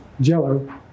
Jell-O